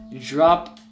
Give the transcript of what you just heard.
Drop